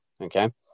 Okay